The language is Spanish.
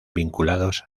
vinculados